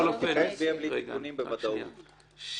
אתה